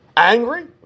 Angry